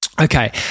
Okay